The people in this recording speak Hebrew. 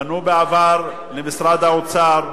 פנו בעבר למשרד האוצר,